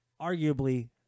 arguably